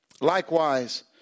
Likewise